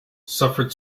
suffered